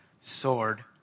sword